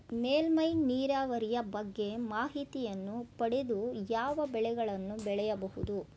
ಮೇಲ್ಮೈ ನೀರಾವರಿಯ ಬಗ್ಗೆ ಮಾಹಿತಿಯನ್ನು ಪಡೆದು ಯಾವ ಬೆಳೆಗಳನ್ನು ಬೆಳೆಯಬಹುದು?